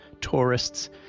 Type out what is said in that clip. tourists